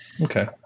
Okay